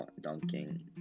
dunking